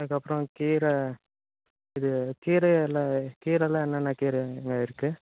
அதுக்கப்றம் கீரை அது கீரையில் கீரைல என்னென்ன கீரைங்க இருக்குது